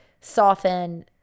soften